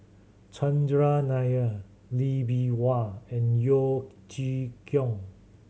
Chandran Nair Lee Bee Wah and Yeo Chee Kiong